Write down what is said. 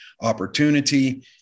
opportunity